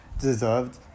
deserved